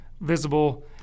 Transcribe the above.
visible